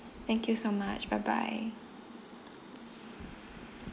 thank you so much bye bye